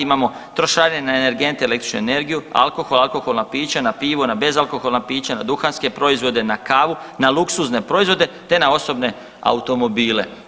Imamo trošarine na energente električnu energiju, alkohol, alkoholna pića, na pivo, na bezalkoholna pića, na duhanske proizvode, na kavu, na luksuzne proizvode te na osobne automobile.